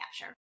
capture